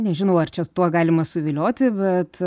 nežinau ar čia tuo galima suvilioti bet